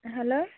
hello